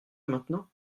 maintenant